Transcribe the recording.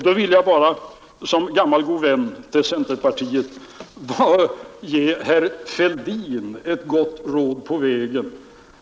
Då vill jag bara som gammal god vän till centerpartiet ge herr Fälldin ett gott råd på vägen.